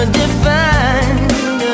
defined